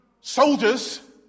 soldiers